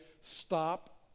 stop